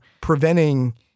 preventing